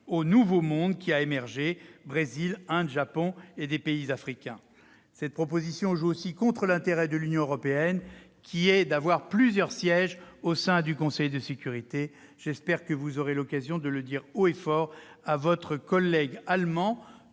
au « nouveau monde » qui a émergé, avec le Brésil, l'Inde, le Japon et des pays africains. Exactement ! Cette proposition joue aussi contre l'intérêt de l'Union européenne, qui est d'avoir plusieurs sièges au sein du Conseil de sécurité. J'espère que vous aurez l'occasion de le dire haut et fort à votre collègue allemand,